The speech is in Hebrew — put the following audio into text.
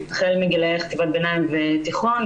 החל מגילאי חטיבת ביניים ותיכון.